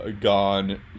gone